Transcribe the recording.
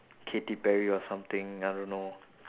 katy perry or something I don't know